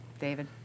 David